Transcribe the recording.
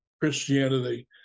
Christianity